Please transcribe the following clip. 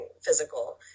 physical